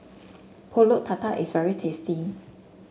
pulut Tatal is very tasty